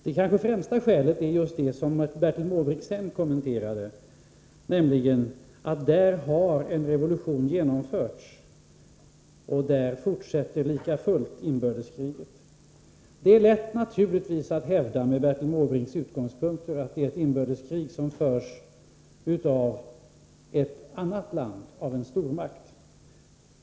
Det kanske främsta skälet är just det som Bertil Måbrink sedan kommenterade, nämligen att i Nicaragua har en revolution genomförts, och där fortsätter lika fullt inbördeskriget. Det är naturligtvis lätt att hävda, med Bertil Måbrinks utgångspunkter, att det är ett inbördeskrig som förs av ett annat land, av en stormakt.